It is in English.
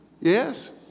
Yes